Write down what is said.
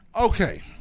Okay